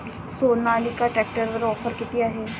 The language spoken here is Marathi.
सोनालिका ट्रॅक्टरवर ऑफर किती आहे?